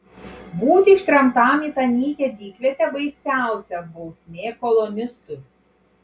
būti ištremtam į tą nykią dykvietę baisiausia bausmė kolonistui